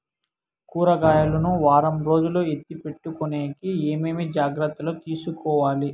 కూరగాయలు ను వారం రోజులు ఎత్తిపెట్టుకునేకి ఏమేమి జాగ్రత్తలు తీసుకొవాలి?